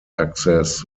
access